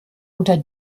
unter